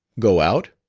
go out?